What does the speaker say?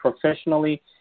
professionally